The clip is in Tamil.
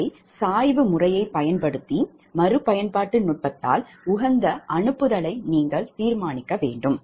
இதை சாய்வு முறையைப் பயன்படுத்தி மறு பயன்பாட்டு நுட்பத்தால் உகந்த அனுப்புதலை நீங்கள் தீர்மானிக்க வேண்டும்